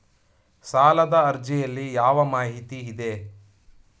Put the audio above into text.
ಸಾಲದ ಅರ್ಜಿಯಲ್ಲಿ ಯಾವ ಮಾಹಿತಿ ಇದೆ?